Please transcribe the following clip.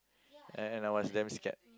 and and I was damn scared